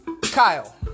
Kyle